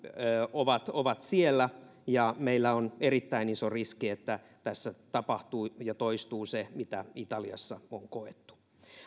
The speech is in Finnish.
ovat ovat siellä ja meillä on erittäin iso riski että tässä tapahtuu ja toistuu se mitä italiassa on koettu